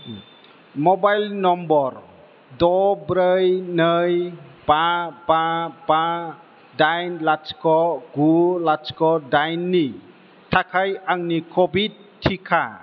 mobile number द' ब्रै नै बा बा बा दाइन लाथिख' गु लाथिख' दाइन नि थाखाय आंनि कभिड थिखा